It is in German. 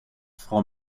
frau